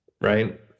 right